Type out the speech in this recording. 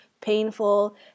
painful